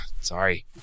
Sorry